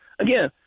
again